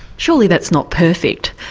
surely that's not perfect.